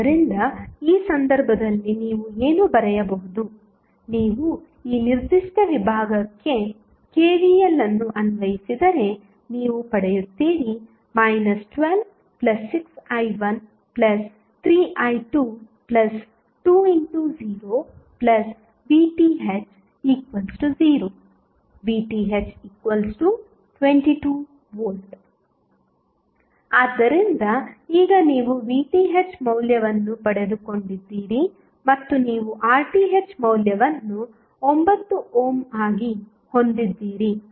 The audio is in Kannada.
ಆದ್ದರಿಂದ ಈ ಸಂದರ್ಭದಲ್ಲಿ ನೀವು ಏನು ಬರೆಯಬಹುದು ನೀವು ಈ ನಿರ್ದಿಷ್ಟ ವಿಭಾಗಕ್ಕೆ KVL ಅನ್ನು ಅನ್ವಯಿಸಿದರೆ ನೀವು ಪಡೆಯುತ್ತೀರಿ 126i13i220VTh0 VTh22V ಆದ್ದರಿಂದ ಈಗ ನೀವು VTh ಮೌಲ್ಯವನ್ನು ಪಡೆದುಕೊಂಡಿದ್ದೀರಿ ಮತ್ತು ನೀವು RTh ಮೌಲ್ಯವನ್ನು 9 ಓಮ್ ಆಗಿ ಹೊಂದಿದ್ದೀರಿ